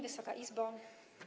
Wysoka Izbo!